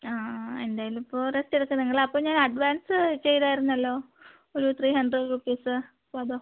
ആ ആ എന്തായാലും ഇപ്പോൾ റെസ്റ്റ് എടുക്ക് നിങ്ങള് അപ്പോൾ ഞാൻ അഡ്വാൻസ് ചെയ്താരുന്നല്ലോ ഒരു ത്രീ ഹൺഡ്രഡ് റുപ്പീസ് അപ്പോൾ അതോ